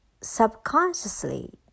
subconsciously